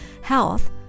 health